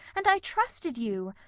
and i trusted you.